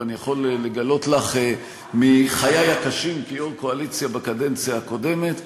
ואני יכול לגלות לך מחיי הקשים כיושב-ראש קואליציה בקדנציה הקודמת,